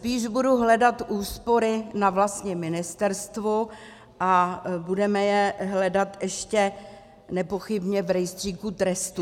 Spíš budou hledat úspory na vlastním ministerstvu a budeme je hledat ještě nepochybně v rejstříku trestů.